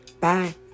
bye